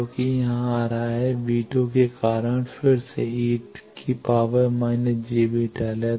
जो कि यहाँ आ रहा है के कारण फिर से e− jβl है